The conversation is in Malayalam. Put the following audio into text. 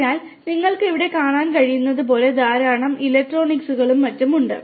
അതിനാൽ നിങ്ങൾക്ക് ഇവിടെ കാണാൻ കഴിയുന്നതുപോലെ ധാരാളം ഇലക്ട്രോണിക്സുകളും മറ്റും ഉണ്ട്